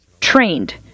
trained